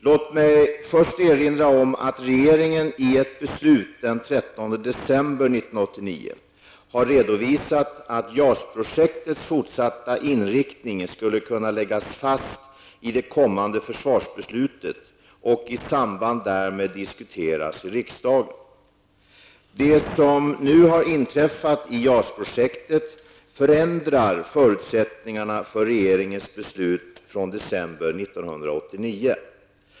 Låt mig först erinra om att regeringen i ett beslut den 13 december 1989 har redovisat att JAS projektets fortsatta inriktning skulle kunna läggas fast i det kommande försvarsbeslutet och i samband därmed diskuteras i riksdagen. Det som nu har inträffat i JAS-projektet förändrar förutsättningarna för regeringens beslut från december 1989.